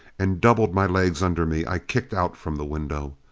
and doubled my legs under me. i kicked out from the window.